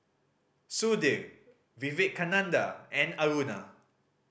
Sudhir Vivekananda and Aruna